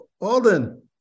Alden